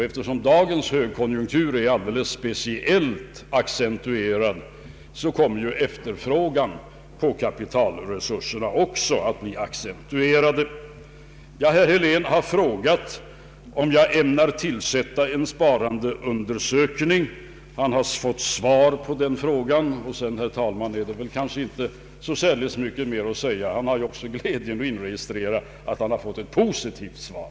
Eftersom dagens högkonjunktur är alldeles speciellt accentuerad kommer också efterfrågan på kapitalresurserna att bli accentuerad. Herr Helén har frågat om jag ämnar tillsätta en sparandeundersökning. Han har fått svar på den frågan. Sedan, herr talman, är det kanske inte så mycket mer att säga. Herr Helén har också med glädje inregistrerat att han fått ett positivt svar.